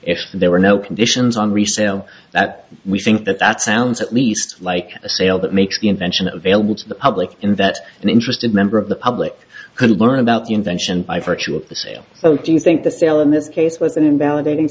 if there were no conditions on resale that we think that that sounds at least like a sale that makes the invention of ailill to the public in that an interested member of the public could learn about the invention by virtue of the sale oh do you think the sale in this case was an invalidating